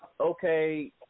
Okay